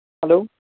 hello